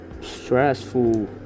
stressful